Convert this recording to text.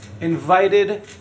invited